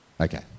Okay